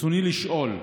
רצוני לשאול: